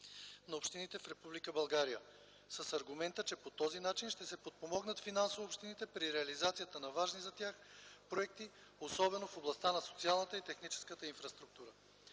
на общините в Република България с аргумента, че по този начин ще се подпомогнат финансово общините при реализацията на важни за тях проекти, особено в областта на социалната и техническата инфраструктура.